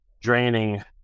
draining